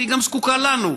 והיא גם זקוקה לנו.